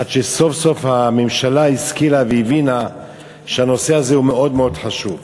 עד שסוף-סוף הממשלה השכילה והבינה שהנושא הזה הוא מאוד מאוד חשוב.